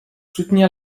soutenir